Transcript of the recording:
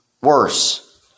worse